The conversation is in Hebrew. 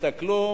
תסתכלו